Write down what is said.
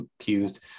accused